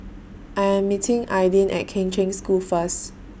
I Am meeting Aidyn At Kheng Cheng School First